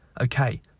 Okay